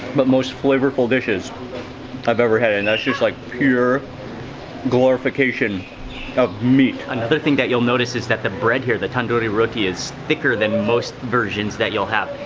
but most flavorful dishes i've every had and that's just like pure glorification of meat. another thing that you'll notice is that the bread here, the tandoori roti, is thicker than most versions that you'll have,